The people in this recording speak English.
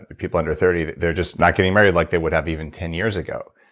but people under thirty they're just not getting married like they would have even ten years ago.